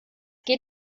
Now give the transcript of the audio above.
geht